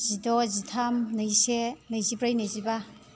जिद' जिथाम नैजिसे नैजिब्रै नैजिबा